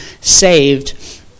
saved